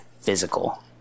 physical